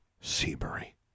Seabury